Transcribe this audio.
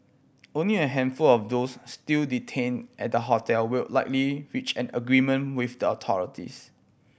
only a handful of those still detained at the hotel will likely reach an agreement with the authorities